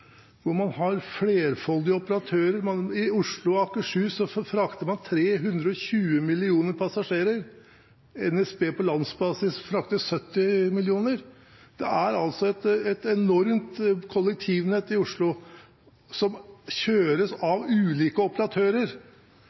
hvor man har flerfoldige operatører. I Oslo og Akershus frakter man 320 millioner passasjerer, NSB på landsbasis frakter 70 millioner. Det er et enormt kollektivnett i Oslo, som kjøres av ulike operatører.